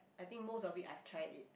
I think most of it I tried it